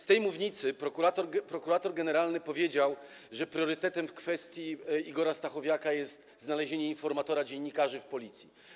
Z tej mównicy prokurator generalny powiedział, że priorytetem w kwestii Igora Stachowiaka jest znalezienie informatora dziennikarzy w Policji.